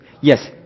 Yes